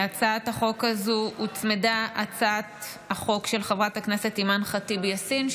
להצעת החוק הזו הוצמדה הצעת החוק של חברת הכנסת אימאן ח'טיב יאסין,